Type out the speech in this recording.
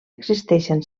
existeixen